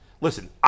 listen